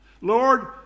Lord